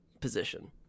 position